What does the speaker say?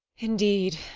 indeed,